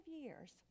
years